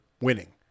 winning